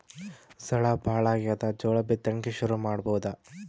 ಝಳಾ ಭಾಳಾಗ್ಯಾದ, ಜೋಳ ಬಿತ್ತಣಿಕಿ ಶುರು ಮಾಡಬೋದ?